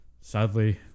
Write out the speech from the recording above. sadly